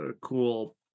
cool